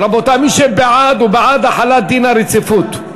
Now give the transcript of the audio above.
רבותי, מי שבעד הוא בעד החלת דין הרציפות.